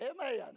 Amen